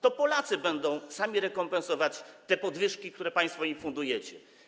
To Polacy będą sami rekompensować te podwyżki, które państwo im fundujecie.